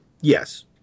Yes